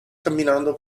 camminando